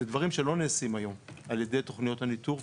אלה הדברים שלא נעשים היום על ידי תוכניות הניטור,